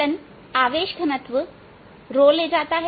एक बेलन आवेश घनत्व ले जाता है